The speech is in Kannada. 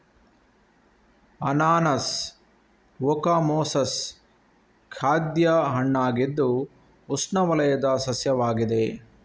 ಅನಾನಸ್ ಓಕಮೊಸಸ್ ಖಾದ್ಯ ಹಣ್ಣಾಗಿದ್ದು ಉಷ್ಣವಲಯದ ಸಸ್ಯವಾಗಿದೆ